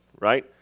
right